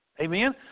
Amen